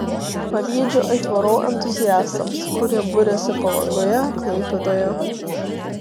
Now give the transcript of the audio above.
pavydžiu aitvarų entuziastams kurie buriasi palangoje klaipėdoje